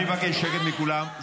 אני מבקש שקט מכולם.